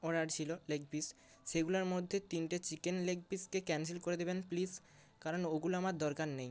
order ছিল leg piece সেগুলার মধ্যে তিনটে চিকেন লেগ পিসকে ক্যান্সেল করে দেবেন প্লিজ কারণ ওগুলো আমার দরকার নেই